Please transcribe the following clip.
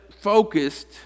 focused